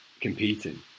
competing